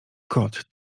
kot